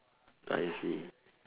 I see